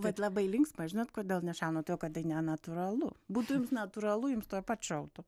vat labai linksma žinot kodėl nešauna tai nenatūralu būtų natūralu jums tuoj pat šautų